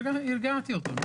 הרגעתי אותו.